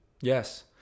Yes